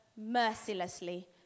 mercilessly